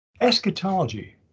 eschatology